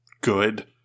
Good